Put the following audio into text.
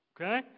Okay